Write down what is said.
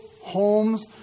homes